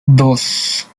dos